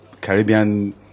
Caribbean